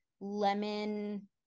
lemon